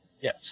Yes